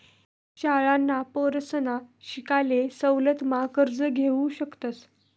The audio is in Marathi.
शाळांना पोरसना शिकाले सवलत मा कर्ज घेवू शकतस